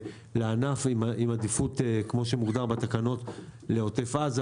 עם עדיפות לעוטף עזה,